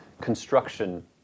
construction